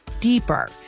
deeper